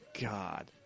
God